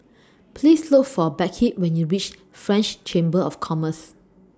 Please Look For Beckett when YOU REACH French Chamber of Commerce